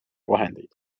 vahendeid